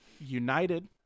United